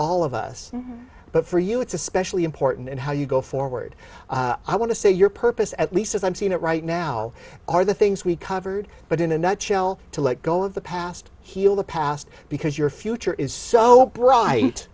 all of us but for you it's especially important in how you go forward i want to say your purpose at least as i'm seeing it right now are the things we covered but in a nutshell to let go of the past heal the past because your future is so bright